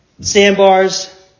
Sandbars